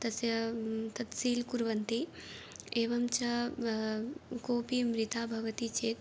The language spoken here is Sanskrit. तस्य तत् सील् कुर्वन्ति एवं च कोऽपि मृतः भवति चेत्